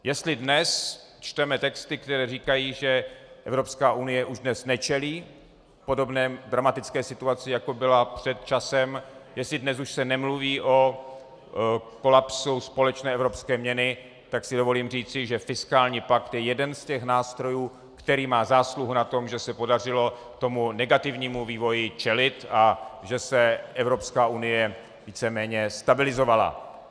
Jestli dnes čteme texty, které říkají, že EU už dnes nečelí podobné dramatické situaci, jako byla před časem, jestli dnes už se nemluví o kolapsu společné evropské měny, tak si dovolím říci, že fiskální pakt je jeden z těch nástrojů, který má zásluhu na tom, že se podařilo negativnímu vývoji čelit a že se Evropská unie víceméně stabilizovala.